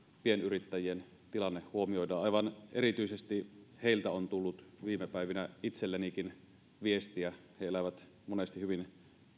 pienyrittäjien tilanne huomioidaan aivan erityisesti heiltä on tullut viime päivinä itsellenikin viestiä he elävät monesti hyvin